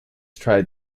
tried